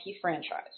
franchise